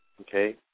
Okay